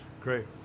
Great